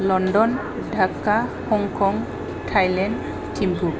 London Dhaka Hong Kong Thailand Thimphu